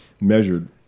measured